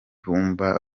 byumba